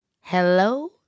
hello